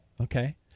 Okay